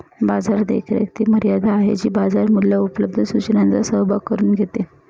बाजार देखरेख ती मर्यादा आहे जी बाजार मूल्ये उपलब्ध सूचनांचा सहभाग करून घेते